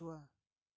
ପଛୁଆ